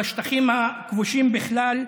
חבר הכנסת קרעי,